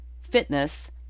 fitness